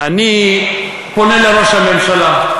אני פונה לראש הממשלה: